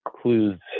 clues